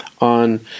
on